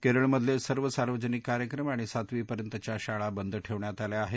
केरळमधले सर्व सार्वजनिक कार्यक्रम आणि सातवीपर्यंतच्या शाळा बंद ठेवण्यात आल्या आहेत